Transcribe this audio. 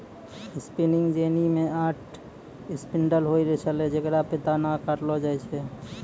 spinning jenny मे आठ spindle होय छलै जेकरा पे तागा काटलो जाय छलै